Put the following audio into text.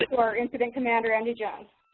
our incident commander, andy jones.